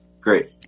Great